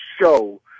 show